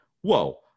Whoa